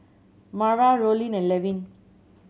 Marva Rollin and Levin